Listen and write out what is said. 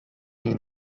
niej